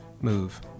move